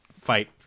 fight